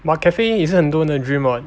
but cafe 也是很多人的 dream [what]